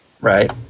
Right